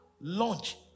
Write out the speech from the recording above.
launch